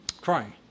crying